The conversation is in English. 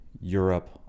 Europe